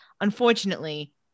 Unfortunately